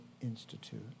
Institute